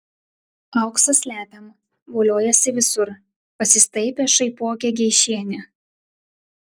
auksą slepiam voliojasi visur pasistaipė šaipokė geišienė